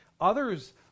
Others